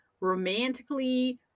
Romantically